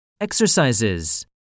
Exercises